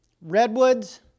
redwoods